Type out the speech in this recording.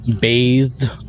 bathed